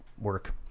work